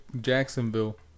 Jacksonville